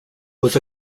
was